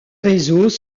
réseaux